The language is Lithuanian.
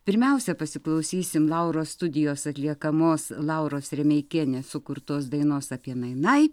pirmiausia pasiklausysim lauros studijos atliekamos lauros remeikienės sukurtos dainos apie nai nai